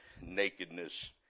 nakedness